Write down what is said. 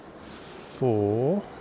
Four